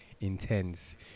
intense